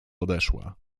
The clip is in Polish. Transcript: odeszła